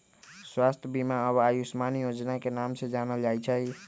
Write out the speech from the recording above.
स्वास्थ्य बीमा अब आयुष्मान योजना के नाम से जानल जाई छई